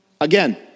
Again